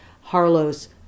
Harlow's